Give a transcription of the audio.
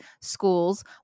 schools